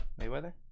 Mayweather